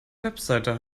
website